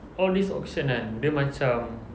all these auctions kan dia macam